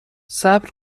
صبر